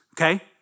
Okay